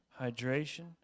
hydration